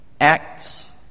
acts